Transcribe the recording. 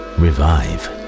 revive